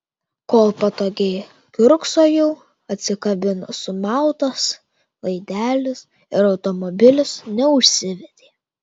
kol patogiai kiurksojau atsikabino sumautas laidelis ir automobilis neužsivedė